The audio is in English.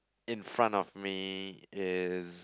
in front of me is